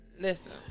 Listen